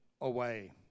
away